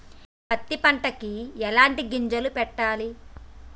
పత్తి పంటకి ఎలాంటి గింజలు పెట్టాలి?